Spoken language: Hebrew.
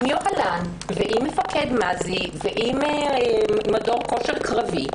עם היוהל"ן ועם מפקד מז"י ועם מדור כושר קרבי,